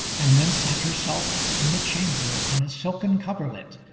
and then sat herself in the chamber on a silken coverlet,